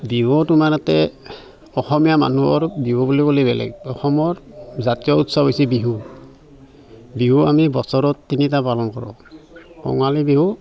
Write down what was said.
বিহুত তোমাৰ ইয়াতে অসমীয়া মানুহৰ বিহু বুলি ক'লে বেলেগ অসমৰ জাতীয় উৎসৱ হৈছে বিহু বিহু আমি বছৰত তিনিটা পালন কৰোঁ কঙালী বিহু